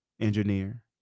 engineer